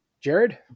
Jared